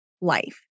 life